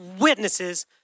witnesses